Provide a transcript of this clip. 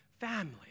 family